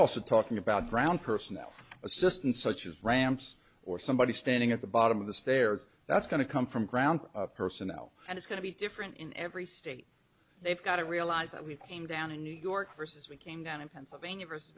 also talking about ground personnel assistance such as ramps or somebody standing at the bottom of the stairs that's going to come from ground personnel and it's going to be different in every state they've got to realize that we came down in new york versus we came down in pennsylvania versus